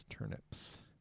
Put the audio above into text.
Turnips